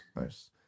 Nice